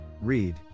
Read